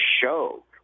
show